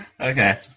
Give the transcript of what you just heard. Okay